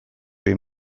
egin